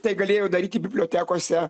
tai galėjo daryti bibliotekose